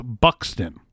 Buxton